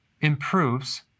improves